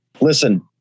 Listen